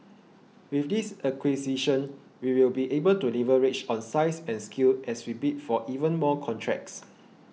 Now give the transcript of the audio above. with this acquisition we will be able to leverage on size and scale as we bid for even more contracts